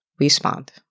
respond